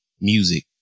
music